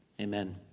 Amen